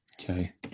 Okay